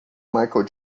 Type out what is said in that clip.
michael